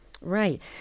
Right